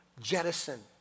jettison